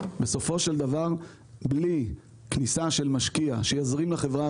בסופו של דבר בלי כניסה של משקיע שיזרים לחברה